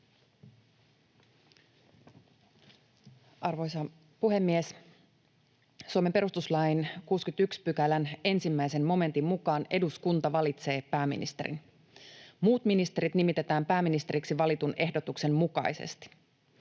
Arvoisa puhemies! Suomen perustuslain 61 §:n 1 momentin mukaan eduskunta valitsee pääministerin. Muut ministerit nimitetään pääministeriksi valitun ehdotuksen mukaisesti.